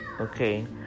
okay